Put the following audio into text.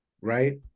Right